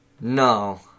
No